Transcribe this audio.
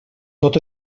tot